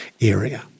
area